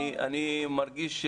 אני מרגיש,